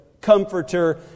Comforter